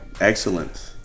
excellence